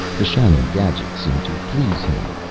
the shining gadget seemed to please him,